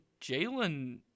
Jalen